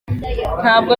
ntabwo